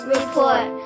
Report